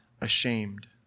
ashamed